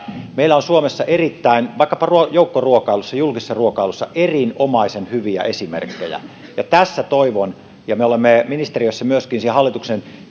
meillä on suomessa vaikkapa joukkoruokailussa julkisessa ruokailussa erinomaisen hyviä esimerkkejä tässä toivon ja sitä me olemme myöskin ministeriössä hallituksen